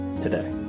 today